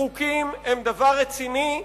חוקים הם דבר רציני,